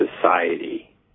society